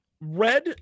red